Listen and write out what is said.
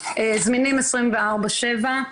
זמינים 24/7,